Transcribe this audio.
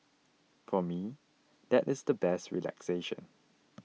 for me that is the best relaxation